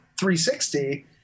360